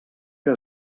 que